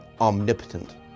omnipotent